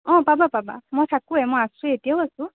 অঁ পাবা পাবা মই থাকোঁ মই আছোঁৱেই এতিয়াও আছোঁ